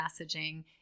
messaging